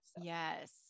Yes